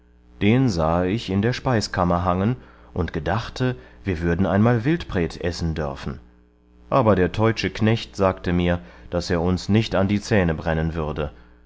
den sahe ich in der speiskammer hangen und gedachte wir würden einmal wildpret essen dörfen aber der teutsche knecht sagte mir daß er uns nicht an die zähne brennen würde